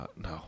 no